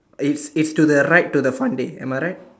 it's it's to the right to the fun day am I right